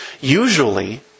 Usually